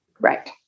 Right